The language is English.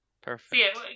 Perfect